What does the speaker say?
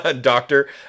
Doctor